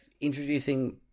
introducing